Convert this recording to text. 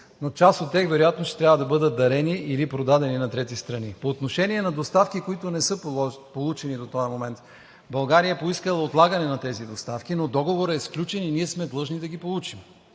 но част от тях вероятно ще трябва да бъдат дарени или продадени на трети страни. По отношение на доставки, които не са получени до този момент, България е поискала отлагане на тези доставки, но договорът е сключен и ние сме длъжни да ги получим.